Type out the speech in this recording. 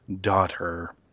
daughter